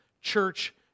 church